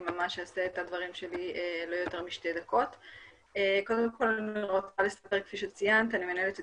אני רוצה לספר שכפי שציינת אני מנהלת את